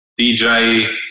DJ